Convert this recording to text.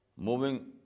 moving